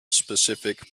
specific